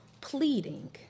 pleading